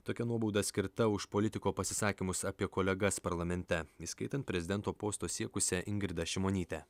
tokia nuobauda skirta už politiko pasisakymus apie kolegas parlamente įskaitant prezidento posto siekusią ingridą šimonytę